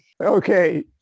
Okay